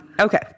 Okay